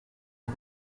est